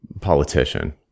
politician